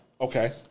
Okay